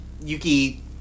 Yuki